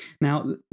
Now